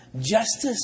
Justice